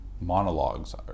Monologues